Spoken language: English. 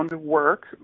work